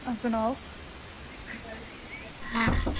आं सनाओ